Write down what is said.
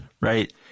Right